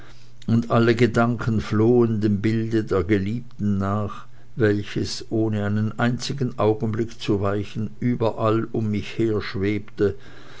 und alle gedanken flohen dem bilde der geliebten nach welches ohne einen einzigen augenblick zu weichen überall um mich her schwebte